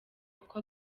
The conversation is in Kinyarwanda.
kuko